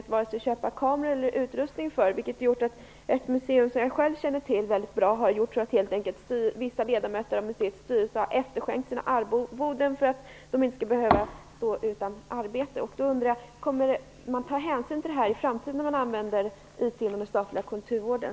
Det har gjort att vissa ledamöter i styrelsen för ett museum, som jag själv känner till väldigt väl, helt enkelt har efterskänkt sina arvoden för att de inte skall behöva stå utan arbete. Därför undrar jag om man kommer att ta hänsyn till detta i framtiden, när IT används inom den statliga kulturvården.